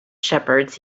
shepherds